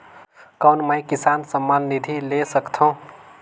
कौन मै किसान सम्मान निधि ले सकथौं?